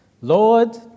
Lord